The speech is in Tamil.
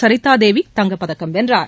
சரிதா தேவி தங்கப்பதக்கம் வென்றார்